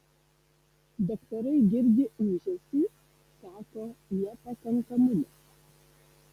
daktarai girdi ūžesį sako nepakankamumas